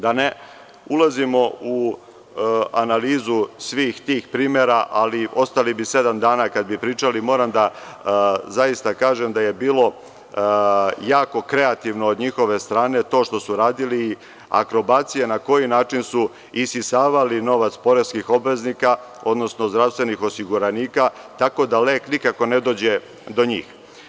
Da ne ulazimo u analizu svih tih primera, ali ostali bi sedam dana kada bi pričali, moram da zaista kažem da je bilo jako kreativno od njihove strane to što su radili, akrobacija na koji način su isisavali novac poreskih obveznika, odnosno zdravstvenih osiguranika, tako da lek nikako ne dođe do njih.